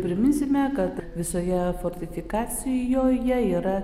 priminsime kad visoje fortifikacijoje yra